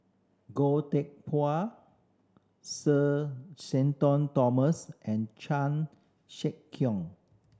Goh Teck Phuan Sir Shenton Thomas and Chan Sek Keong